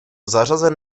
zařazen